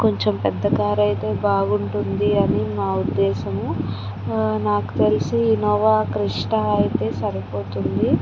కొంచెం పెద్ద కార్ అయితే బాగుంటుంది అని మా ఉద్దేశము ఆ నాకు తెలిసి ఇన్నోవా క్రెస్టా అయితే సరిపోతుంది